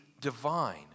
divine